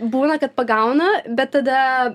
būna kad pagauna bet tada